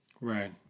Right